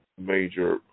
major